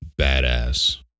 badass